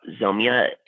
Zomia